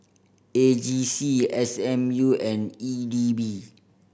A G C S M U and E D B